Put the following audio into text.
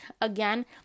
again